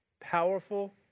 powerful